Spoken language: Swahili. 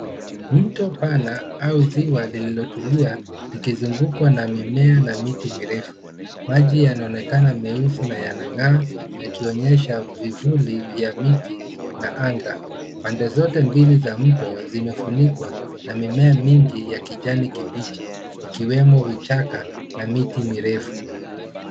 Mto pana au ziwa lililotulia likizungukwa na mimea na miti mirefu. Maji yanaonekana meusi na yanang'aa yakionyesha vivuli vya miti na anga. Pande zote mbili za mto zimefunikwa na mimea mingi ya kijani kibichi, ikiwemo vichaka na miti mirefu.